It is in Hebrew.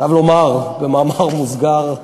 אני חייב לומר במאמר מוסגר: